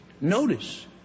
Notice